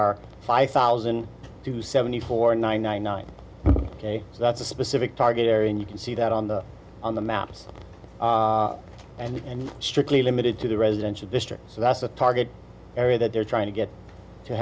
are five thousand to seventy four and ninety nine that's a specific target area and you can see that on the on the maps and strictly limited to the residential district so that's a target area that they're trying to get to